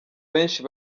benshi